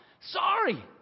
sorry